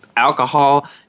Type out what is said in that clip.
alcohol